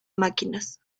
máquinas